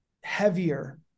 heavier